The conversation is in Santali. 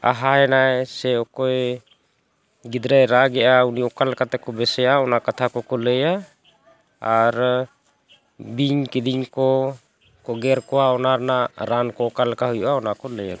ᱟᱦᱟᱭᱱᱟᱭ ᱥᱮ ᱚᱠᱚᱭ ᱜᱤᱫᱽᱨᱟᱹ ᱨᱟᱜ ᱮᱫᱟ ᱩᱱᱤ ᱚᱠᱟ ᱞᱮᱠᱟ ᱛᱮᱠᱚ ᱵᱮᱥᱮᱭᱟ ᱚᱱᱟ ᱠᱟᱛᱷᱟ ᱠᱚᱠᱚ ᱞᱟᱹᱭᱟ ᱟᱨ ᱵᱤᱧ ᱠᱤᱫᱤᱧ ᱠᱚ ᱜᱮᱨ ᱠᱚᱣᱟ ᱚᱱᱟ ᱨᱮᱱᱟᱜ ᱨᱟᱱ ᱠᱚ ᱚᱠᱟᱞᱮᱠᱟ ᱦᱩᱭᱩᱜᱼᱟ ᱚᱱᱟᱠᱚ ᱞᱟᱹᱭᱟ ᱟᱠᱚᱣᱟ